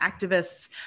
activists